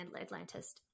Atlantis